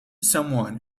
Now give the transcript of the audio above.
someone